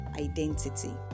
identity